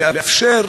לאפשר